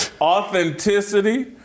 Authenticity